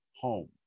home